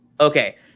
Okay